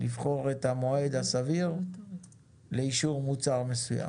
לבחור את המועד הסביר לאישור מוצר מסוים.